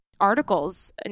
articles